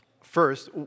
First